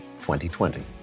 2020